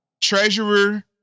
Treasurer